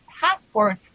passport